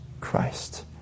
Christ